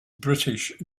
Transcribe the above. british